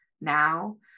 now